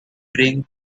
drink